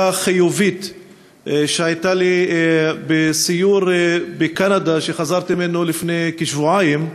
החיובית שהייתה לי בסיור בקנדה שחזרתי ממנו לפני כשבועיים.